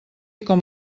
com